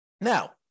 Now